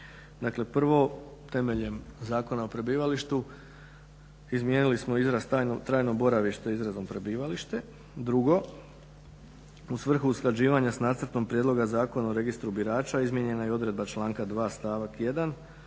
prvo temeljem Zakona o prebivalištu izmijenili smo izraz trajno boravište izrazom prebivalište. Drugo, u svrhu usklađivanja s nacrtom prijedloga Zakona o Registru birača izmijenjena je i odredba članka 2. stavak 1.